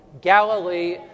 Galilee